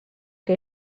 que